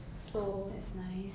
so that's nice